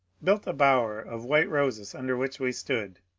built a bower of white roses under which we stood.